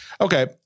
Okay